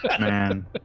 Man